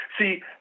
See